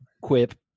quip